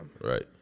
Right